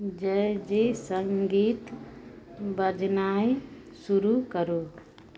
जाहि जे सङ्गीत बजनाइ शुरू करु